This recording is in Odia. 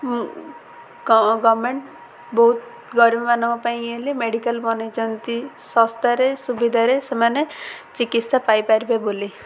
ଗର୍ମେଣ୍ଟ୍ ବହୁତ ଗରିବମାନଙ୍କ ପାଇଁ ବୋଲି ମେଡ଼ିକାଲ୍ ବନେଇଛନ୍ତି ଶସ୍ତାରେ ସୁବିଧାରେ ସେମାନେ ଚିକିତ୍ସା ପାଇପାରିବେ ବୋଲି